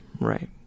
Right